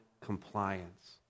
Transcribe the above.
compliance